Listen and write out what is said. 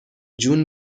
جون